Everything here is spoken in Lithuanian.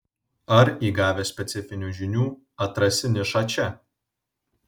ar įgavęs specifinių žinių atrasi nišą čia